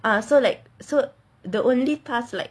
ah so like so the only task like